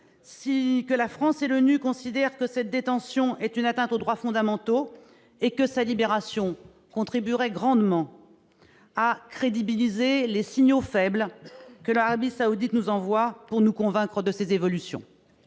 que la France et l'ONU considéraient que la détention de Raif Badawi était une atteinte aux droits fondamentaux et que sa libération contribuerait grandement à crédibiliser les faibles signaux que l'Arabie Saoudite nous envoie pour nous convaincre de ces évolutions